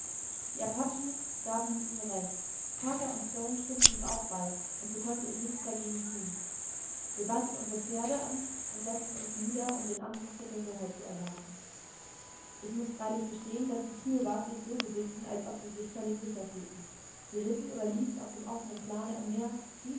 die apachen gaben ihm recht parker und stone stimmten ihm auch bei und so konnte ich nichts dagegen tun wir banden unsere pferde an und setzten uns nieder um den anbruch der dunkelheit zu erwarten ich muß freilich gestehen daß die kiowas sich so bewegten als ob sie sich völlig sicher fühlten sie ritten oder liefen auf dem offenen plane umher